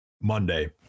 Monday